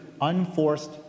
unforced